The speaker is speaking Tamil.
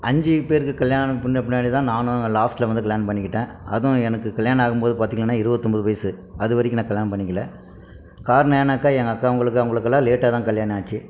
அஞ்சு பேருக்கு கல்யாணம் பண்ண பின்னாடி தான் நானு லாஸ்ட்டில் வந்து கல்யாணம் பண்ணிக்கிட்டேன் அதுவும் எனக்கு கல்யாணம் ஆகும் போது பார்த்திங்கன்னா இருபத்தொம்போது வயசு அது வரைக்கும் நான் கல்யாணம் பண்ணிக்கலை காரணம் என்னாக்கா எனக்கு அக்கா அவங்களுக்கு அவங்களுக்குலான் லேட்டாக தான் கல்யாணம் ஆச்சு